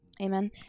amen